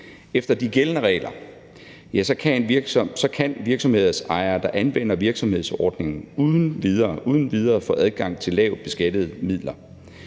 Efter de gældende regler kan virksomhedsejere, der anvender virksomhedsordningen, uden videre får adgang til lavt beskattede midler.